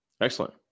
Excellent